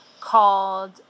called